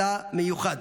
אתה מיוחד,